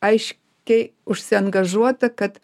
aiškiai užsiangažuota kad